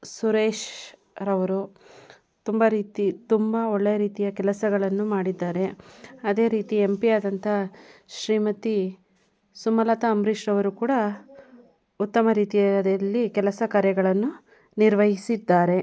ಸುರೇಶ್ರವರು ತುಂಬ ರೀತಿ ತುಂಬ ಒಳ್ಳೆಯ ರೀತಿಯ ಕೆಲಸಗಳನ್ನು ಮಾಡಿದ್ದಾರೆ ಅದೇ ರೀತಿ ಎಮ್ ಪಿ ಯಾದಂತಹ ಶ್ರೀಮತಿ ಸುಮಲತಾ ಅಂಬರೀಷ್ರವ್ರು ಕೂಡ ಉತ್ತಮ ರೀತಿಯಾದಲ್ಲಿ ಕೆಲಸ ಕಾರ್ಯಗಳನ್ನು ನಿರ್ವಹಿಸಿದ್ದಾರೆ